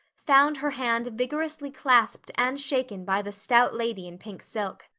found her hand vigorously clasped and shaken by the stout lady in pink silk.